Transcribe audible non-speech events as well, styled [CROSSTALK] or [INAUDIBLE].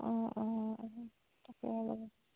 অঁ অঁ [UNINTELLIGIBLE]